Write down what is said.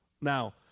Now